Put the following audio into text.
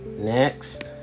Next